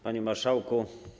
Panie Marszałku!